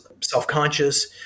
self-conscious